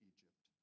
Egypt